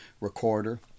recorder